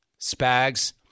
Spags